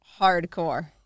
hardcore